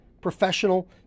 professional